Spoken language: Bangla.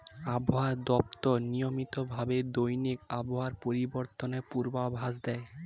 আবহাওয়া দপ্তর নিয়মিত ভাবে দৈনিক আবহাওয়া পরিবর্তনের পূর্বাভাস দেয়